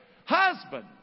Husband